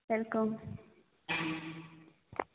welcome